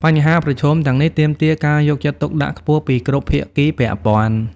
បញ្ហាប្រឈមទាំងនេះទាមទារការយកចិត្តទុកដាក់ខ្ពស់ពីគ្រប់ភាគីពាក់ព័ន្ធ។